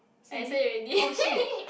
say already oh shit